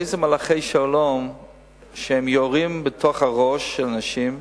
איזה מלחי שלום שהם יורים בתוך הראש של אנשים,